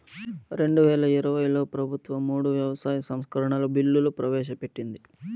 రెండువేల ఇరవైలో ప్రభుత్వం మూడు వ్యవసాయ సంస్కరణల బిల్లులు ప్రవేశపెట్టింది